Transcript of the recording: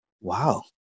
Wow